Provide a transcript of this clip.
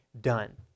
done